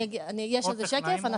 יש על זה שקף.